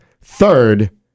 Third